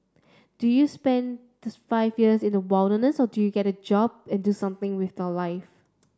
do you spend five years in the wilderness or do you get a job and do something with your life